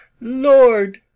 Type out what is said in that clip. Lord